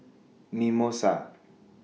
Mimosa